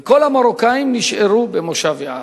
וכל המרוקאים נשארו במושב יערה.